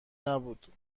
نبود